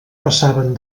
passaven